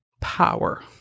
power